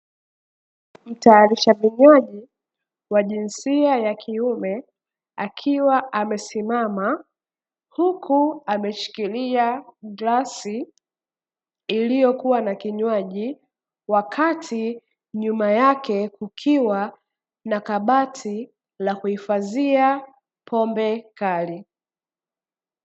Mtayarisha vinywaji wa jinsia ya kiume akiwa amesimama huku ameshikilia glasi iliyokuwa na kinywaji, wakati nyuma yake kukiwa na kabati la kuhifadhia pombe kali.